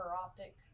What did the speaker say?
optic